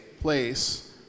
place